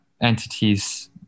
entities